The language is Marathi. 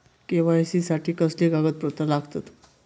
के.वाय.सी साठी कसली कागदपत्र लागतत?